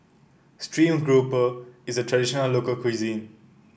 stream grouper is a traditional local cuisine